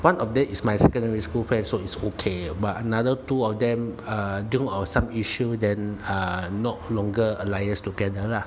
one of them is my secondary school friend so is okay but another two of them uh due to some issue then uh not longer alias together lah